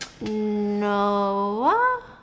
Noah